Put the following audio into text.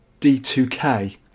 D2K